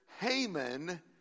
Haman